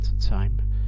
time